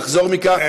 לחזור מכך,